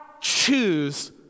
choose